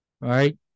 Right